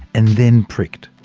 and then pricked.